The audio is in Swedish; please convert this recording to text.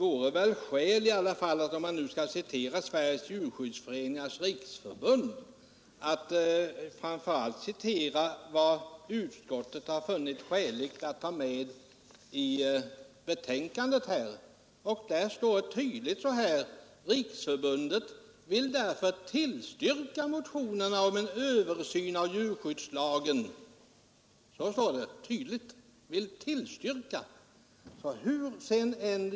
Om man nu skall citera Sveriges djurskyddsföreningars riksförbund tycker jag att man framför allt bör citera vad utskottet funnit skäligt att ta med i betänkandet. Där står det tydligt: ”Riksförbundet vill därför tillstyrka motionerna om en översyn av djurskyddslagen.” Så står det tydligt: vill tillstyrka!